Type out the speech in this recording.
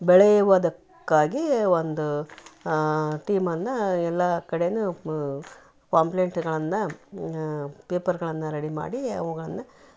ಬೆಳೆಯುವದಕ್ಕಾಗಿ ಒಂದು ಟೀಮನ್ನ ಎಲ್ಲಾ ಕಡೆನೂ ಪಾಂಪ್ಲೆಟ್ಗಳನ್ನ ಪೇಪರ್ಗಳನ್ನ ರೆಡಿ ಮಾಡಿ ಅವುಗಳನ್ನ